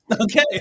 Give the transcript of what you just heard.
Okay